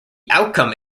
outcome